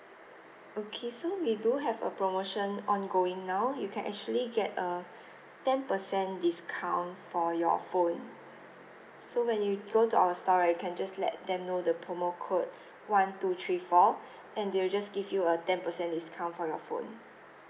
okay so we do have a promotion ongoing now you can actually get a ten percent discount for your phone so when you go to our store right you can just let them know the promo code one two three four and they will just give you a ten percent discount for your phone